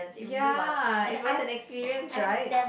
ya it was an experience right